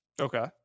Okay